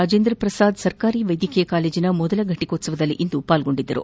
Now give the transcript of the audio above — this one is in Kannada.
ರಾಜೇಂದ್ರ ಪ್ರಸಾದ್ ಸರ್ಕಾರಿ ವೈದ್ಯಕೀಯ ಕಾಲೇಜಿನ ಮೊದಲ ಘಟಕೋತ್ವದಲ್ಲಿ ಇಂದು ಪಾಲ್ಗೊಂಡರು